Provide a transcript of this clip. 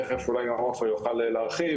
תכף אולי גם עופר יוכל להרחיב,